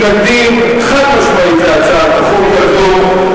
מתנגדים חד-משמעית להצעת החוק הזו.